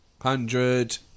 hundred